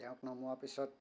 তেওঁক নমোৱা পিছত